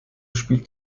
spielt